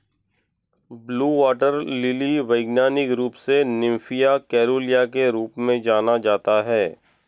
blue water lily वैज्ञानिक रूप से निम्फिया केरूलिया के रूप में जाना जाता है